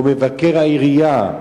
או מבקר העירייה,